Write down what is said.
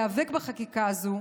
להיאבק בחקיקה הזו.